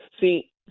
See